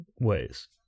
ways